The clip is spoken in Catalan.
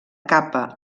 capa